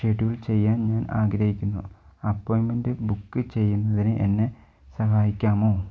schedule ചെയ്യാൻ ഞാൻ ആഗ്രഹിക്കുന്നു അപ്പോയിന്മെന്റ് ബുക്ക് ചെയ്യുന്നതിന് എന്നെ സഹായിക്കാമോ